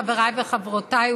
חבריי וחברותיי,